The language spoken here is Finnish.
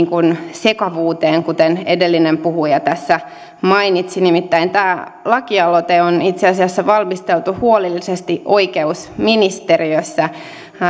sekavuuteen kuten edellinen puhuja tässä mainitsi nimittäin tämä lakialoite on itse asiassa valmisteltu huolellisesti oikeusministeriössä